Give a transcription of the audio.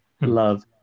love